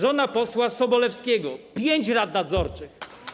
Żona posła Sobolewskiego - pięć rad nadzorczych.